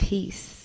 Peace